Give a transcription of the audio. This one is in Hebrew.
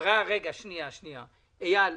אייל,